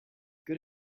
good